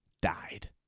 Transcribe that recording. died